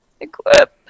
Equip